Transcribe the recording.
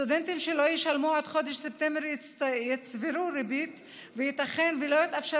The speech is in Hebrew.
סטודנטים שלא ישלמו עד חודש ספטמבר יצברו ריבית וייתכן שלא יתאפשר